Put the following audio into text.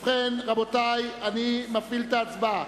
ובכן, רבותי, אני מפעיל את ההצבעה.